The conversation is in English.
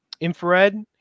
infrared